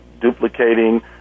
duplicating